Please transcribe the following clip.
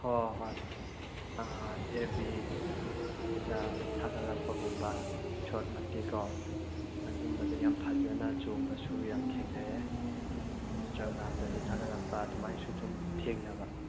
ꯍꯣꯏ ꯍꯣꯏ ꯑꯦꯐ ꯕꯤꯗ ꯊꯥꯒꯠꯂꯛꯄꯒꯨꯝꯕ ꯁꯣꯔꯠ ꯃꯇꯦꯛ ꯀꯣ ꯑꯗꯨꯝꯕꯗ ꯌꯥꯝ ꯐꯖꯅ ꯆꯣꯡꯕꯁꯨ ꯌꯥꯝ ꯊꯦꯡꯅꯔꯦ ꯏꯟꯁꯇꯒ꯭ꯔꯥꯝꯗꯁꯨ ꯊꯥꯒꯠꯂꯛꯄ ꯑꯗꯨꯃꯥꯏꯅꯁꯨ ꯑꯗꯨꯝ ꯊꯦꯡꯅꯕ